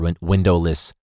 windowless